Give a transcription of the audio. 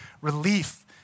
relief